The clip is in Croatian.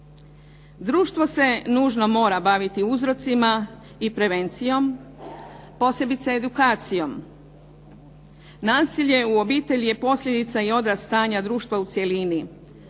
Društvo se nužno mora baviti uzrocima i prevencijom, posebice edukacijom. Nasilje u obitelji je posljedica i odraz stanja društva u cjelini.